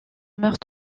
meurt